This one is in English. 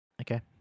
Okay